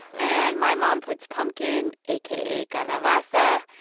and my mom puts pumpkin, aka calabaza,